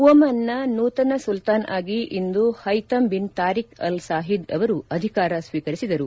ಓಮನ್ನ ನೂತನ ಸುಲ್ತಾನ್ ಆಗಿ ಇಂದು Haitham bin Tariq al Said ಅವರು ಅಧಿಕಾರ ಸ್ವೀಕರಿಸಿದರು